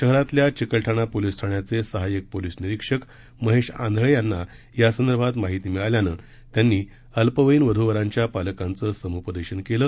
शहरातल्या चिकलठाणा पोलिस ठाण्याचे सहायक पोलीस निरीक्षक महेश आंधळे यांना यासंदर्भात माहिती मिळाल्यानं त्यांनी अल्पवयीन वधु वरांच्या पालकांचं समुपदेशन केलं